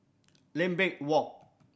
Lambeth Walk